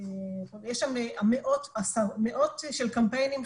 יש מאות קמפיינים,